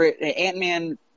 Ant-Man